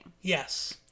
Yes